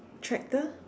tractor